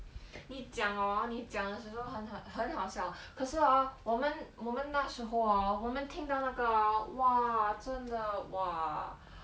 你讲 orh 你讲的时候很好很好笑可是 orh 我们我们那时候 orh 我们听到那个 orh !wah! 真的 !wah!